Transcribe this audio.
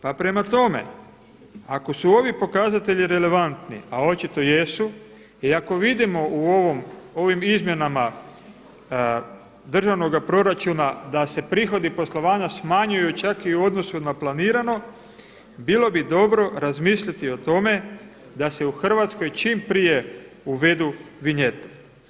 Pa prema tome, ako su ovi pokazatelji relevantni, a očito jesu i ako vidimo u ovim izmjenama državnoga proračun da se prihodi poslovanja smanjuju čak i u odnosu na planirano bilo bi dobro razmislit o tome da se u Hrvatskoj čim prije uvedu vinjete.